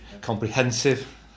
comprehensive